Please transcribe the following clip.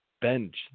bench